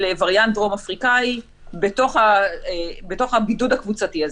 וריאנט דרום אפריקאי בתוך הבידוד הקבוצתי הזה.